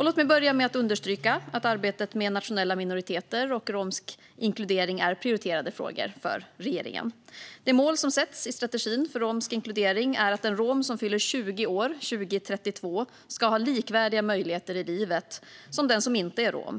Låt mig börja med att understryka att arbetet med nationella minoriteter och romsk inkludering är prioriterade frågor för regeringen. Det mål som sätts i strategin för romsk inkludering är att den rom som fyller 20 år 2032 ska ha likvärdiga möjligheter i livet som den som inte är rom.